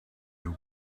new